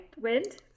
Wind